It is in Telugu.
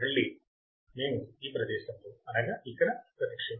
మళ్ళీ మేము ఈ ప్రదేశంలో అనగా ఇక్కడ ప్రతిక్షేపిస్తున్నాం